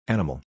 Animal